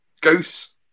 Goose